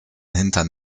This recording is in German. hintern